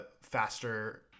faster